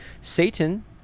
Satan